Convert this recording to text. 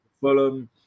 Fulham